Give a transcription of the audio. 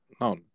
no